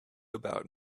about